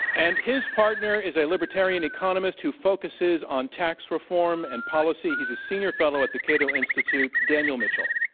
and his partner is a libertarian economist who focuses on tax reform and policy. he's a senior fellow at the cato institute, daniel mitchell.